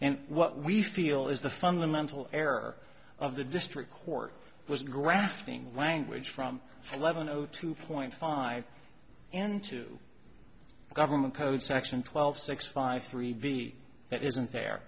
and what we feel is the fundamental error of the district court was grafting language from eleven o two point five into government code section twelve six five three b that isn't there